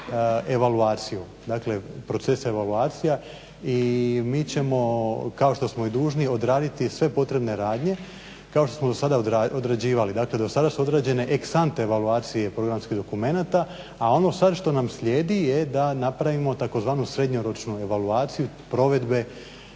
evaluaciju, dakle proces evaluacija i mi ćemo kao što smo i dužni odraditi sve potrebne radnje kao što smo do sada odrađivali. Dakle do sada su odrađene … evaluacije programskih dokumenata, a ono sad što nam slijedi je da napravimo tzv. srednjoročnu evaluaciju provedbe